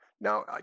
Now